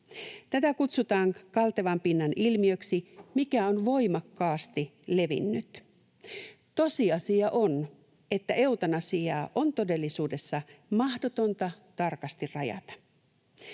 Tätä kutsutaan kaltevan pinnan ilmiöksi, mikä on voimakkaasti levinnyt. Tosiasia on, että eutanasiaa on todellisuudessa mahdotonta tarkasti rajata.